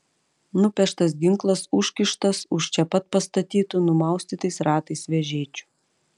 nupeštas ginklas užkištas už čia pat pastatytų numaustytais ratais vežėčių